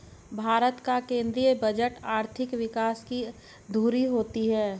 भारत का केंद्रीय बजट आर्थिक विकास की धूरी होती है